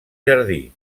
jardí